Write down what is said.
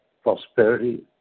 Prosperity